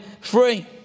free